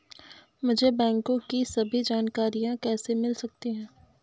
मुझे बैंकों की सभी जानकारियाँ कैसे मिल सकती हैं?